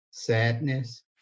sadness